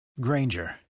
Granger